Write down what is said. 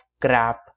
crap